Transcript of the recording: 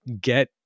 get